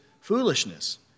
foolishness